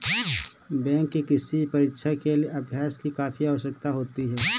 bank की किसी भी परीक्षा के लिए अभ्यास की काफी आवश्यकता होती है